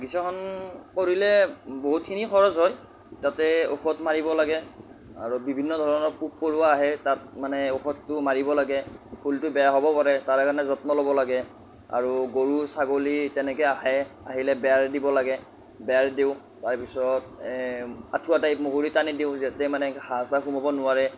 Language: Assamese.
বাগিচাখন কৰিলে বহুতখিনি খৰচ হয় তাতে ঔষধ মাৰিব লাগে আৰু বিভিন্ন ধৰণৰ পোক পৰুৱা আহে তাত মানে ঔষধটো মাৰিব লাগে ফুলটো বেয়া হ'ব পাৰে তাৰে কাৰণে যত্ন ল'ব লাগে আৰু গৰু ছাগলী তেনেকৈ আহে আহিলে বেৰ দিব লাগে বেৰ দিওঁ তাৰপিছত আঁঠুৱা টাইপ মহৰি টানি দিওঁ যাতে মানে হাঁহ চাহ সোমাব নোৱাৰে